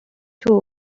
two